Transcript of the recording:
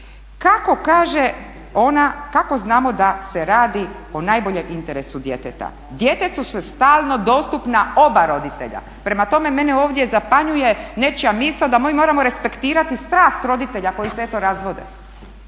Kako kaže ona kako znamo da se radi o najboljem interesu djeteta? Djetetu su stalno dostupna oba roditelja, prema tome mene ovdje zapanjuje nečija misao da mi moramo respektirati strast roditelja koji se eto razvode.